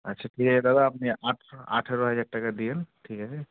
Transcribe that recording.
আচ্ছা ঠিক আছে দাদা আপনি আঠরো আঠেরো হাজার টাকা দিন ঠিক আছে